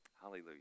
Hallelujah